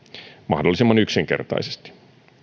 mahdollisimman yksinkertaisesti